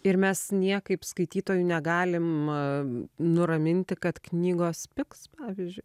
ir mes niekaip skaitytojų negalim nuraminti kad knygos pigs pavyzdžiui